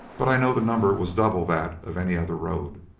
but i know the number was double that of any other road.